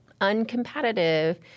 uncompetitive